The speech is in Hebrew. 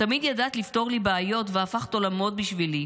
תמיד ידעת לפתור לי בעיות והפכת עולמות בשבילי,